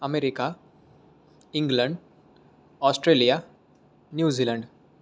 America England Australia New Zealand